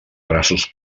braços